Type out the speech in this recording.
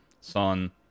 Son